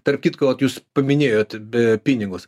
tarp kitko o jūs paminėjot be pinigus